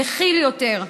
מכיל יותר,